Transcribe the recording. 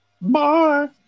Bye